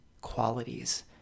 qualities